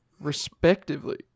respectively